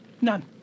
None